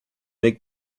make